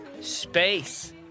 Space